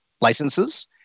licenses